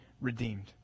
redeemed